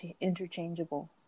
interchangeable